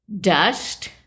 Dust